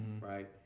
right